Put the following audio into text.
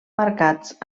marcats